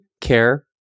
Care